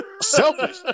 Selfish